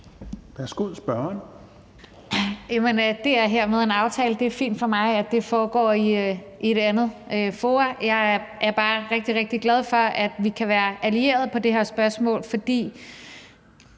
Værsgo, spørgeren. Kl. 11:01 Rosa Lund (EL): Det er fint for mig, at det foregår i et andet forum. Jeg er bare rigtig, rigtig glad for, at vi kan være allierede i det her spørgsmål, for